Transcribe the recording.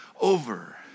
over